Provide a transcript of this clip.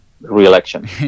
re-election